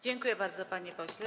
Dziękuję bardzo, panie pośle.